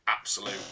absolute